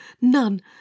none